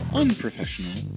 unprofessional